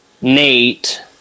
Nate